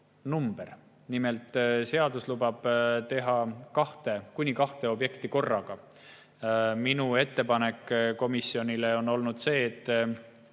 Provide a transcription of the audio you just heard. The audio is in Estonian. Nimelt, seadus lubab teha kuni kahte objekti korraga. Minu ettepanek komisjonile on olnud see, et